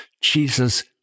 Jesus